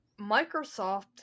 Microsoft